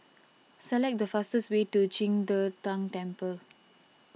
select the fastest way to Qing De Tang Temple